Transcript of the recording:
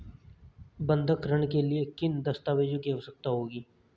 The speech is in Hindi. बंधक ऋण के लिए किन दस्तावेज़ों की आवश्यकता होगी?